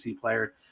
player